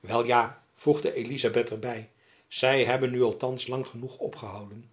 wel ja voegde elizabeth er by zy hebben u althands lang genoeg opgehouden